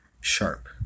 Sharp